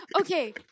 Okay